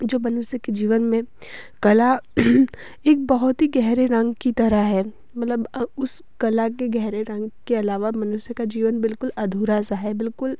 जो मनुष्य के जीवन कला एक बहुत ही गहरे रंग की तरह है मतलब उस कला के गहरे रंग के अलावा मनुष्य का जीवन बिलकुल अधूरा सा है बिलकुल